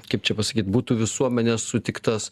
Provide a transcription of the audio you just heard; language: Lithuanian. kaip čia pasakyt būtų visuomenės sutiktas